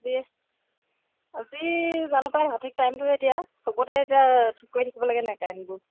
আজি জানো পাই সঠিক টাইমটোে এতিয়া চবতে এতিয়া ঠিক কৰি থাকিব লাগে নাই কাৰেন্টবোৰ